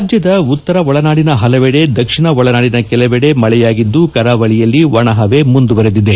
ರಾಜ್ಯದ ಉತ್ತರ ಒಳನಾಡಿನ ಹಲವೆಡೆ ದಕ್ಷಿಣ ಒಳನಾಡಿನ ಕೆಲವೆಡೆ ಮಳೆಯಾಗಿದ್ದು ಕರಾವಳಿಯಲ್ಲಿ ಒಣ ಹವೆ ಮುಂದುವರಿದಿದೆ